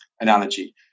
analogy